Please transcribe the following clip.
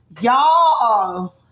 Y'all